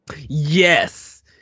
Yes